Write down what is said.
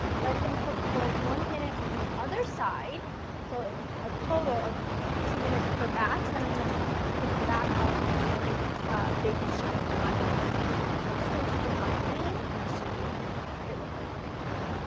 let them cook for one minute on the other side so a total of two minutes per batch and then i'm going to put put them back onto the same baking sheet that's been lined with parchment paper, so i'm just going to keep an eye on these and i'll show you what they look like when they come out.